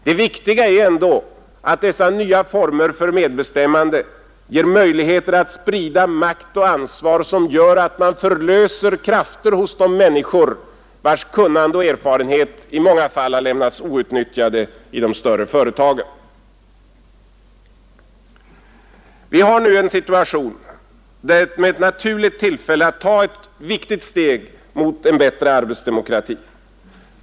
Det viktiga är ändå att dessa nya former för medbestämmande ger möjligheter att sprida makt och ansvar så att man förlöser krafter hos de människor vilkas kunnande och erfarenhet i många fall har lämnats outnyttjade i de större företagen. Vi har nu en situation som innebär ett naturligt tillfälle att ta ett viktigt steg mot en bättre arbetsdemokrati.